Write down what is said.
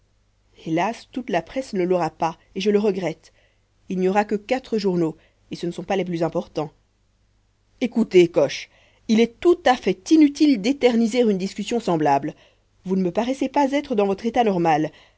hélas toute la presse ne l'aura pas et je le regrette il n'y aura que quatre journaux et ce ne sont pas les plus importants écoutez coche il est tout à fait inutile d'éterniser une discussion semblable vous ne me paraissez pas être dans votre état normal